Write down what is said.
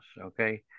okay